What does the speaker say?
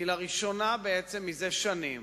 כי לראשונה זה שנים